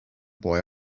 boy